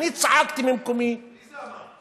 אני צעקתי ממקומי, מי זה אמר?